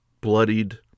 bloodied